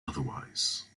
otherwise